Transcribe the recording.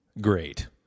Great